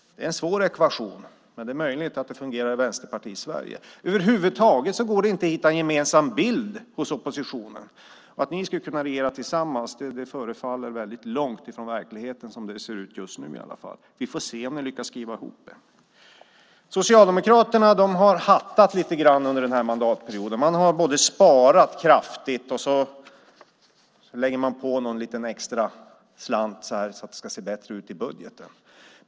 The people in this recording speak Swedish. Det är en svår ekvation, men det är möjligt att den fungerar i Vänsterpartiets Sverige. Över huvud taget går det inte att hitta en gemensam bild hos oppositionen. Att de skulle kunna regera tillsammans förefaller därför vara långt från verkligheten, åtminstone som det ser ut just nu. Vi får väl se om de lyckas skriva ihop sig. Socialdemokraterna har hattat lite grann under denna mandatperiod. De har både sparat kraftigt och sedan lagt på någon liten extra slant för att det ska se bättre ut i budgeten.